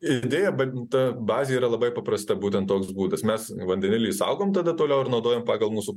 idėja ban ta bazė yra labai paprasta būtent toks būdas mes vandenilį saugom tada toliau ir naudojam pagal mūsų